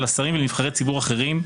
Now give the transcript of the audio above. לשריה ולנבחרי ציבור אחרים,